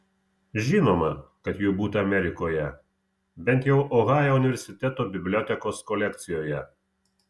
žinoma kad jų būta amerikoje bent jau ohajo universiteto bibliotekos kolekcijoje